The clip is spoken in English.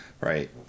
right